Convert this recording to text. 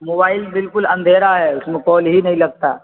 mobile بالکل اندھیرا ہے اس میں کال ہی نہیں لگتا